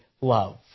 love